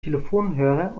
telefonhörer